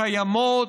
קיימות,